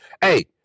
Hey